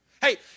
Hey